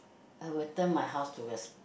I will turn my house towards